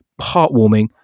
heartwarming